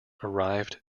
arrived